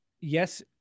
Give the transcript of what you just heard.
yes